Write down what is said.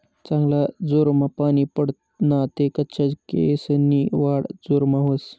चांगला जोरमा पानी पडना ते कच्चा केयेसनी वाढ जोरमा व्हस